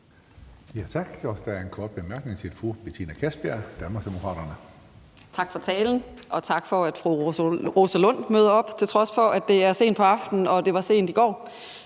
Tak for talen, og tak for, at fru Rosa Lund møder op, til trods for at det er sent på aftenen, og at det var sent i går.